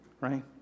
right